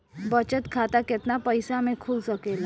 बचत खाता केतना पइसा मे खुल सकेला?